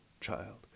child